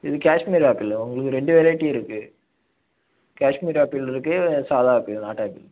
இது காஷ்மீர் ஆப்பிள் உங்களுக்கு ரெண்டு வெரைட்டி இருக்கு காஷ்மீர் ஆப்பிள் இருக்கு சாதா ஆப்பிள் நாட்டு ஆப்பிள் இருக்கு